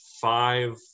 five